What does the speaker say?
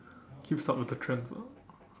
keeps up with the trends ah